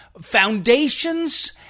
foundations